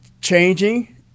changing